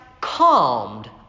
calmed